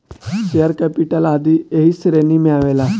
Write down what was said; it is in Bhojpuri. शेयर कैपिटल आदी ऐही श्रेणी में आवेला